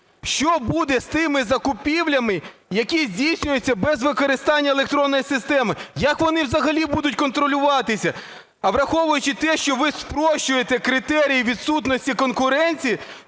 Що буде з тими закупівлями, які здійснюються без використання електронної системи? Як вони взагалі будуть контролюватися? А враховуючи те, що ви спрощуєте критерії відсутності конкуренції,